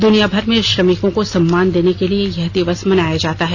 दुनियामर में श्रमिकों को सम्मान देने के लिए यह दिवस मनाया जाता है